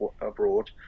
abroad